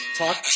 talk